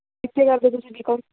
ਕਿੱਥੇ ਕਰਦੇ ਤੁਸੀਂ ਬੀਕੌਮ